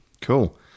Cool